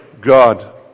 God